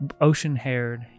ocean-haired